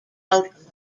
out